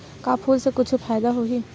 का फूल से कुछु फ़ायदा होही?